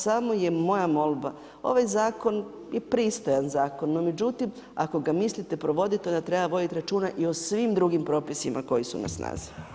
Samo je moja molba, ovaj zakon je pristojan zakon, no međutim ako ga mislite provoditi onda treba voditi računa i o svim drugim propisima koji su na snazi.